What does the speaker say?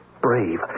brave